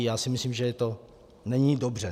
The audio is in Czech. Já si myslím, že to není dobře.